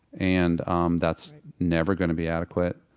and um that's never going to be adequate.